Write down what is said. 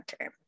term